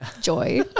joy